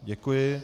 Děkuji.